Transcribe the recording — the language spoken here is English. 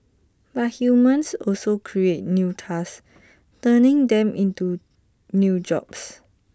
but humans also create new tasks turning them into new jobs